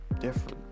different